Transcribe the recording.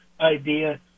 idea